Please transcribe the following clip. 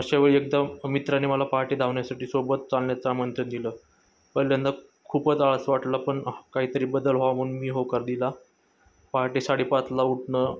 अशा वेळी एकदा मित्राने मला पहाटे धावण्यासाठी सोबत चालण्याचं आमंत्रण दिलं पहिल्यांदा खूपच आळस वाटलं पण काहीतरी बदल व्हावा म्हणून मी होकार दिला पहाटे साडेपाचला उठणं